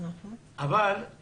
אבל את